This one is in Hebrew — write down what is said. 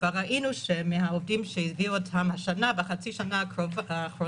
כבר ראינו שמהעובדים שהביאו אותם השנה ובחצי השנה האחרונה,